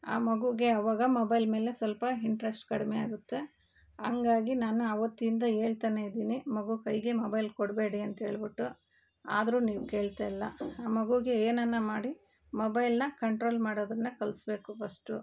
ಆ ಮಗುಗೆ ಅವಾಗ ಮೊಬೈಲ್ ಮೇಲೆ ಸ್ವಲ್ಪ ಇಂಟ್ರೆಸ್ಟ್ ಕಡಿಮೆ ಆಗುತ್ತೆ ಹಂಗಾಗಿ ನಾನು ಅವತ್ತಿಂದ ಹೇಳ್ತಾನೇ ಇದೀನಿ ಮಗು ಕೈಗೆ ಮೊಬೈಲ್ ಕೊಡಬೇಡಿ ಅಂತ್ಹೇಳಿಬಿಟ್ಟು ಆದರು ನೀವು ಕೇಳ್ತಾ ಇಲ್ಲ ಆ ಮಗುಗೆ ಏನಾನ ಮಾಡಿ ಮೊಬೈಲ್ನ ಕಂಟ್ರೋಲ್ ಮಾಡೋದನ್ನು ಕಲಿಸ್ಬೇಕು ಫಸ್ಟು